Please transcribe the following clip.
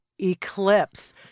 eclipse